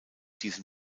diesem